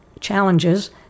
challenges